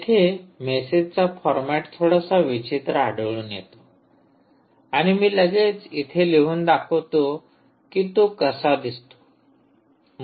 येथे मेसेजचा फॉरमॅट थोडासा विचित्र आढळून येतो आणि मी लगेच येथे लिहून दाखवतो की तो कसा दिसतो